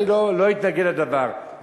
אני לא אתנגד לדבר,